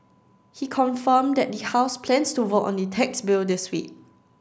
he confirmed that the House plans to vote on the tax bill this week